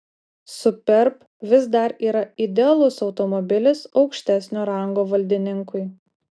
superb vis dar yra idealus automobilis aukštesnio rango valdininkui